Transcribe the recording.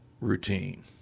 routine